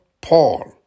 Paul